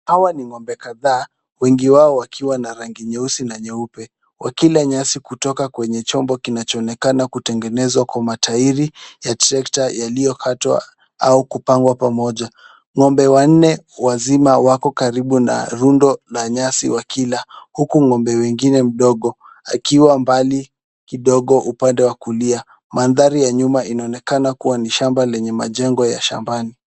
Hawa ni ng'ombe kadhaa. Wengi wao wakiwa na rangi nyeusi na nyeupe wakila nyasi kutoka kwenye chombo kinachoonekana kutengenezwa kwa matairi ya trekta yaliyokatwa au kupangwa pamoja. Ng'ombe wanne wazima wako karibu na rundo la nyasi wakila huku ng'ombe wengine mdogo akiwa mbali kidogo upande wa kulia. Mandhari ya nyuma inaonekana kuwa shamba lenye majengo ya shambani.